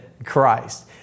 Christ